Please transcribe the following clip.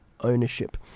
ownership